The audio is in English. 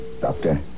Doctor